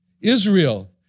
Israel